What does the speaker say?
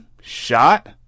shot